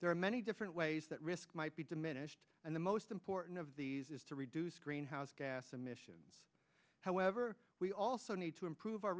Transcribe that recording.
there are many different ways that risk might be diminished and the most important of these is to reduce greenhouse gas emissions however we also need to improve our